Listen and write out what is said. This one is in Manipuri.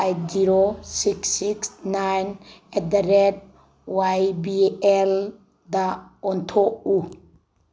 eight zero six six nine at the rate Y B ꯑꯦꯜꯗ ꯑꯣꯟꯊꯣꯛꯎ